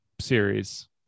series